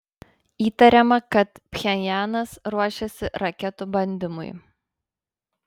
įtariama kad pchenjanas ruošiasi raketų bandymui